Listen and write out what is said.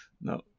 No